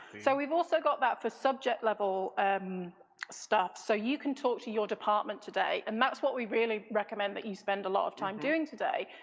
so we've also got that for subject level stuff so you can talk to your department today and that's what we really recommend that you spend a lot of time doing today.